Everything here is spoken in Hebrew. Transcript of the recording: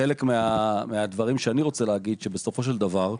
חלק ממה שאני רוצה להגיד פה זה שבסופו של דבר,